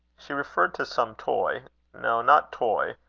she referred to some toy no, not toy,